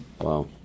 Wow